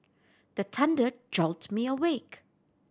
the thunder jolt me awake